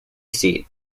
seat